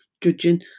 judging